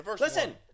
Listen